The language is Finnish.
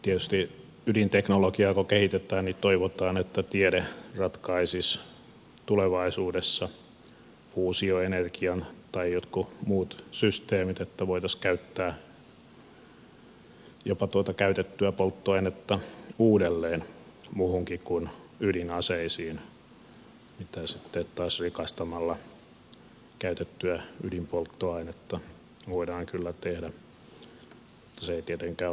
tietysti ydinteknologiaa kun kehitetään toivotaan että tiede ratkaisisi tulevaisuudessa fuusioenergian tai jotkut muut systeemit että voitaisiin käyttää jopa tuota käytettyä polttoainetta uudelleen muuhunkin kuin ydinaseisiin mitä sitten taas rikastamalla käytettyä ydinpolttoainetta voidaan kyllä tehdä mutta se ei tietenkään ole toivottavaa